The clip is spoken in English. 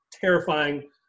terrifying